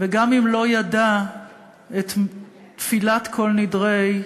וגם אם לא ידע את תפילת "כל נדרי"